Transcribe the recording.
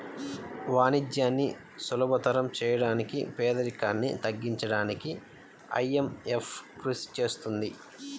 వాణిజ్యాన్ని సులభతరం చేయడానికి పేదరికాన్ని తగ్గించడానికీ ఐఎంఎఫ్ కృషి చేస్తుంది